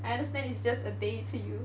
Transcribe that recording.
I understand it's just a day to you